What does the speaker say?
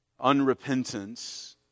Unrepentance